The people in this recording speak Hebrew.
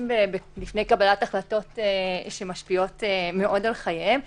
לפני קבלת החלטות שמשפיעות מאוד על חייהם.